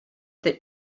that